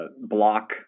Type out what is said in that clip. block